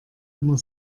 immer